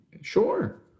Sure